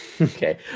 Okay